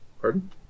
Pardon